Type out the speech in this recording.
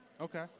Okay